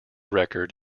record